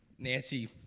Nancy